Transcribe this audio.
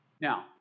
Now